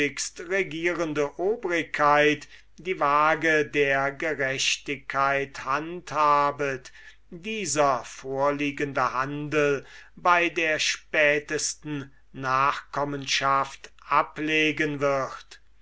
regierende obrigkeit die waage der gerechtigkeit handhabet dieser vorliegende handel bei der spätesten nachkommenschaft ablegen wird